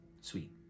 sweet